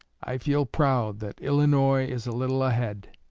i feel proud that illinois is a little ahead.